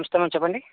నమస్తే చెప్పండి